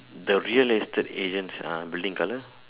the real estate agents are building colour